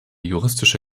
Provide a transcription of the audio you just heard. juristische